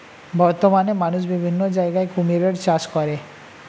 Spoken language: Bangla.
বর্তমানে মানুষ বিভিন্ন জায়গায় কুমিরের চাষ করে